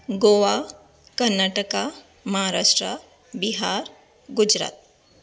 Goa Karnataka Maharashtra Bihar Gujarat